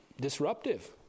disruptive